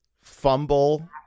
fumble